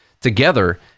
together